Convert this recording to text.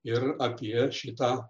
ir apie šitą